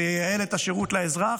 זה ייעל את השירות לאזרח,